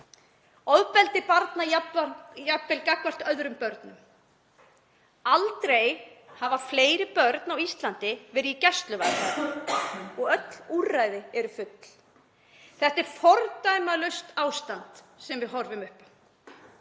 ofbeldi barna, jafnvel gagnvart öðrum börnum. Aldrei hafa fleiri börn á Íslandi verið í gæsluvarðhaldi og öll úrræði eru full. Þetta er fordæmalaust ástand sem við horfum upp